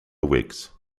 whigs